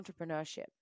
entrepreneurship